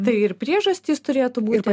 tai ir priežastys turėtų būti